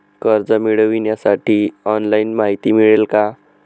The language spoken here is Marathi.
कर्ज मिळविण्यासाठी ऑनलाइन माहिती मिळेल का?